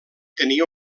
tenia